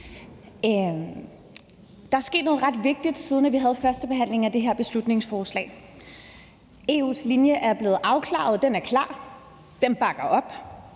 Der er sket noget ret vigtigt, siden vi havde førstebehandlingen af det her beslutningsforslag. EU's linje er blevet afklaret, og den er klar, og den bakker op.